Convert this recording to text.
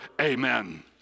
Amen